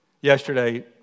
Yesterday